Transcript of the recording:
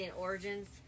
Origins